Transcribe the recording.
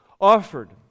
offered